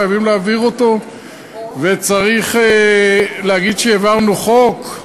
חייבים להעביר אותו, וצריך להגיד שהעברנו חוק?